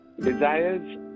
desires